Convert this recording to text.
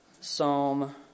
Psalm